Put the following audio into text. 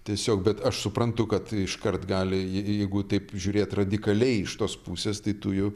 tiesiog bet aš suprantu kad iškart gali jeigu taip žiūrėt radikaliai iš tos pusės tai tu jau